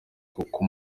kuko